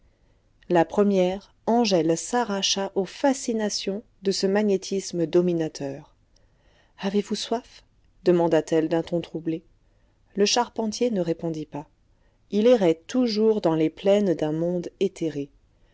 la première angèle s'arracha aux fascinations de ce magnétisme dominateur avez-vous soif demanda-t-elle d'un ton troublé le charpentier ne répondit pas il errait toujours dans les plaines d'un monde éthéré